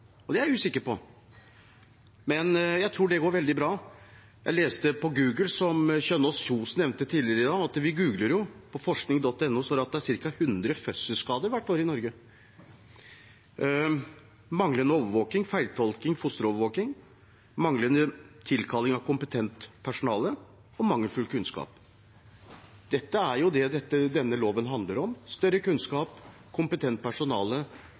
Og det er jeg usikker på. Men jeg tror det går veldig bra. Jeg leste på forskning.no – for som Kari Kjønaas Kjos nevnte tidligere i dag, googler vi jo – at det er ca. 100 fødselsskader hvert år i Norge, bl.a. på grunn av manglende fosterovervåking, feiltolking, manglende tilkalling av kompetent personale og mangelfull kunnskap. Dette er jo det denne loven handler om: større kunnskap, kompetent personale